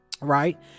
right